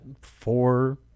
four